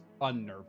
unnerving